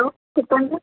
hello చెప్పండి